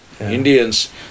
Indians